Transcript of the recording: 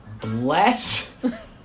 Bless